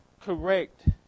correct